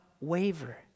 waver